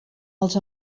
els